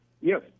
yes